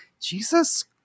Jesus